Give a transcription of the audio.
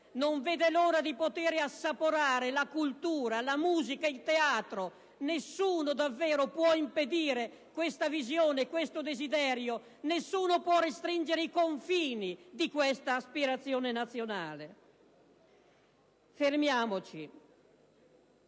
non vede l'ora di poter assaporare la cultura, la musica, il teatro. Nessuno davvero può impedire questa visione, questo desiderio. Nessuno può restringere i confini di questa aspirazione nazionale. Fermiamoci: